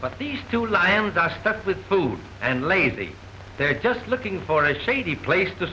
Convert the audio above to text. but these two lions are stuffed with food and lazy they're just looking for a shady place to